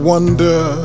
wonder